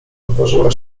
odważyła